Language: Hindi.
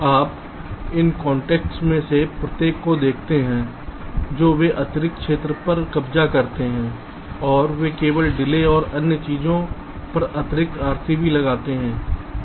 आप इन कॉन्टेक्ट्स में से प्रत्येक को देखते हैं जो वे अतिरिक्त क्षेत्र पर कब्जा करते हैं और वे केवल डिले और अन्य चीजों पर अतिरिक्त RC भी लगाते हैं